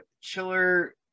Chiller